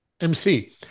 MC